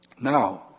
Now